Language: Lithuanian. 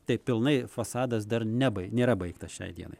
tai pilnai fasadas dar nebaig nėra baigtas šiai dienai